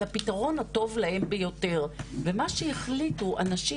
הפתרון הטוב להם ביותר ומה שהחליטו הנשים,